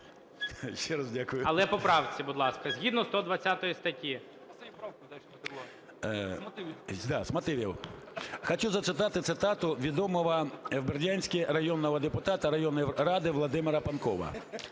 Хочу зачитати цитату відомого вам в Бердянську районного депутата районної ради Володимира Панкова.